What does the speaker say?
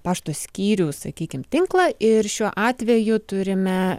pašto skyrių sakykim tinklą ir šiuo atveju turime